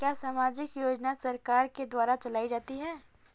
क्या सामाजिक योजना सरकार के द्वारा चलाई जाती है?